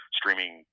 streaming